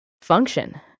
function